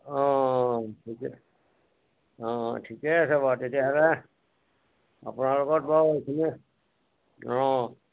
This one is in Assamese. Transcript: অঁ ঠিকে আছে বাৰু তেতিয়াহ'লে আপোনালোকৰ লগত বাৰু এইখিনিয়ে অ